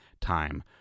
time